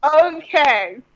Okay